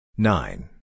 Nine